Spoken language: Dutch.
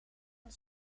een